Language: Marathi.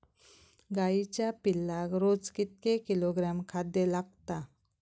गाईच्या पिल्लाक रोज कितके किलोग्रॅम खाद्य लागता?